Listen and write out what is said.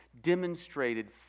demonstrated